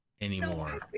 anymore